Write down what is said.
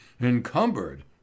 Encumbered